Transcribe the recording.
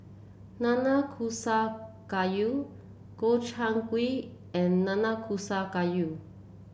Nanakusa Gayu Gobchang Gui and Nanakusa Gayu